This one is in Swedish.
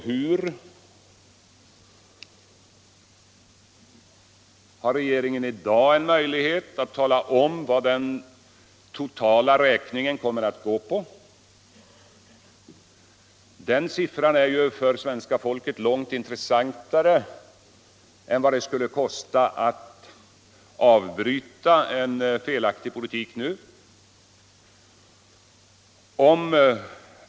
Har regeringen i dag en möjlighet att tala om vad den totala räkningen kommer att sluta på? Den siffran är ju för svenska folket långt intressantare än vad det skulle kosta att avbryta en felaktig politik nu.